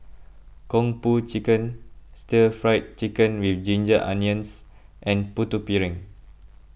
Kung Po Chicken Stir Fried Chicken with Ginger Onions and Putu Piring